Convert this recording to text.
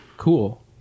Cool